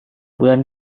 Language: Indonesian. bulan